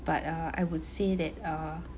but uh I would say that uh